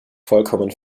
vollkommen